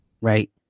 Right